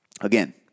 Again